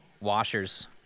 washers